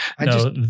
no